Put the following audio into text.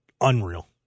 unreal